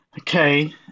Okay